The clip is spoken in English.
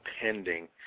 pending